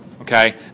Okay